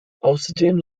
außerdem